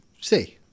see